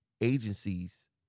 agencies